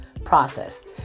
process